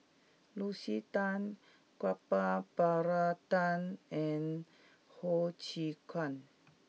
Lucy Tan Gopal Baratham and Ho Chee Kong